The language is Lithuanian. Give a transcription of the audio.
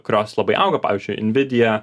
kurios labai auga pavyzdžiui nvidia